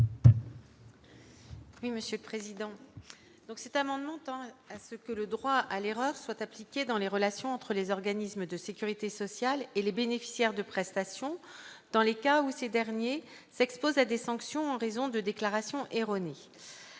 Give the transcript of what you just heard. la commission spéciale ? Cet amendement tend à ce que le droit à l'erreur soit appliqué dans les relations entre les organismes de sécurité sociale et les bénéficiaires de prestations, dans les cas où ces derniers s'exposent à des sanctions en raison de déclarations erronées.